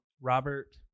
Robert